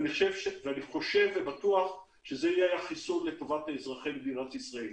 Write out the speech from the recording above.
אני חושב ובטוח שזה יהיה החיסון לטובת אזרחי מדינת ישראל.